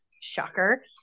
shocker